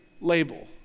label